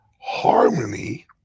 Harmony